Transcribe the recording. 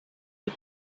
did